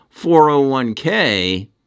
401k